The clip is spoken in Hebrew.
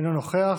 אינו נוכח.